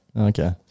Okay